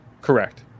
Correct